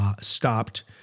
stopped